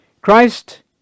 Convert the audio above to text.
Christ